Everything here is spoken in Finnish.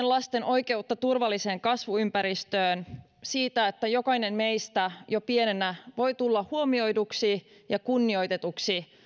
lasten oikeutta turvalliseen kasvuympäristöön siitä että jokainen meistä jo pienenä voi tulla huomioiduksi ja kunnioitetuksi